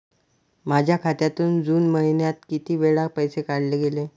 माझ्या खात्यातून जून महिन्यात किती वेळा पैसे काढले गेले?